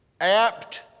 apt